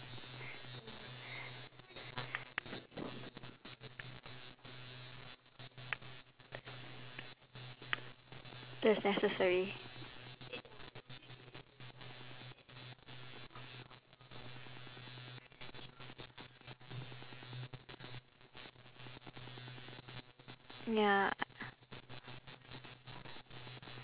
this is necessary ya